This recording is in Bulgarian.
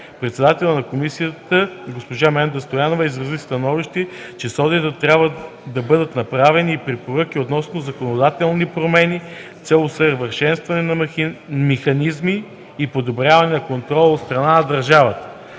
Председателят на Комисията госпожа Менда Стоянова изрази становище, че с одита трябва да бъдат направени и препоръки относно законодателни промени с цел усъвършенстване на тези механизми и подобряване на контрола от страна на държавата.